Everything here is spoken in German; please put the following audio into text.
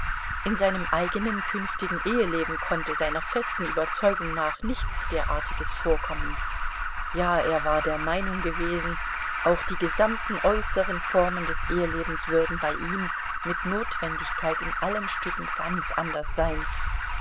in seinem eigenen künftigen eheleben konnte seiner festen überzeugung nach nichts derartiges vorkommen ja er war der meinung gewesen auch die gesamten äußeren formen des ehelebens würden bei ihm mit notwendigkeit in allen stücken ganz anders sein